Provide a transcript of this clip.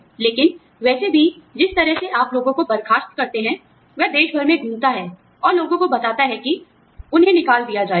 लेकिन वैसे भी आप जानते हैं जिस तरह से आप लोगों को बर्खास्त करते हैं वह देश भर में घूमता है और लोगों को बताता है कि उन्हें निकाल दिया जाएगा